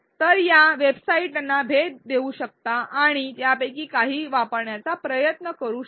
तर आपण या वेबसाइटना भेट देऊ शकता आणि त्यापैकी काही वापरण्याचा प्रयत्न करू शकता